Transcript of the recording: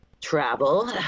travel